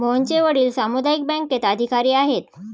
मोहनचे वडील सामुदायिक बँकेत अधिकारी आहेत